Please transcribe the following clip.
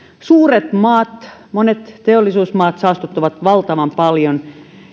suuret maat monet teollisuusmaat saastuttavat valtavan paljon